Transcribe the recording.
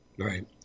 Right